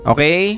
Okay